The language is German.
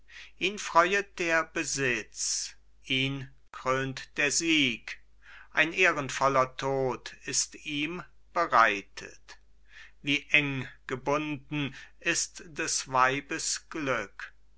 ihn freuet der besitz ihn krönt der sieg ein ehrenvoller tod ist ihm bereitet wie eng gebunden ist des weibes glück